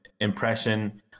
impression